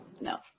No